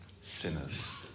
sinners